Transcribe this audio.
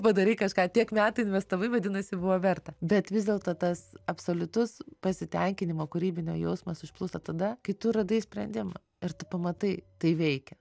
padarei kažką tiek metų investavai vadinasi buvo verta bet vis dėlto tas absoliutus pasitenkinimo kūrybinio jausmas užplūsta tada kai tu radai sprendimą ir tu pamatai tai veikia